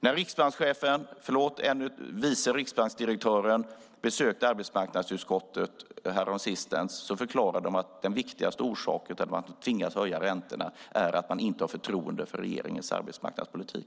När vice riksbanksdirektören besökte arbetsmarknadsutskottet häromsistens förklarade hon att den viktigaste orsaken till att man tvingas höja räntorna är att man inte har förtroende för regeringens arbetsmarknadspolitik.